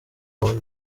wundi